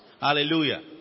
Hallelujah